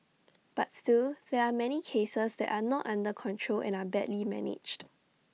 but still there are many cases that are not under control and are badly managed